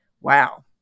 Wow